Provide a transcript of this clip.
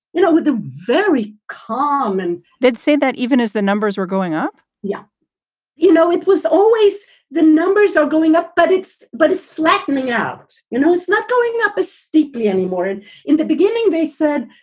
you know, with a very calm. and they'd say that even as the numbers were going up. yeah you know, it was always the always the numbers are going up, but it's but it's flattening out. you know, it's not going up as steeply anymore. and in the beginning, they said,